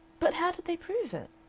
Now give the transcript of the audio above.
but how did they prove it?